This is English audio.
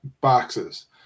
boxes